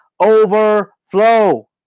overflow